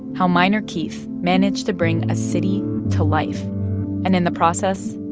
how minor keith managed to bring a city to life and, in the process,